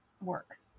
work